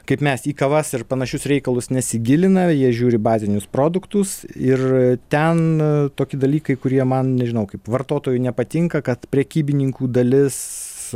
kaip mes į kavas ir panašius reikalus nesigilina jie žiūri bazinius produktus ir ten tokie dalykai kurie man nežinau kaip vartotojui nepatinka kad prekybininkų dalis